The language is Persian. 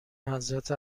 حضرت